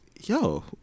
yo